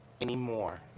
anymore